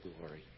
glory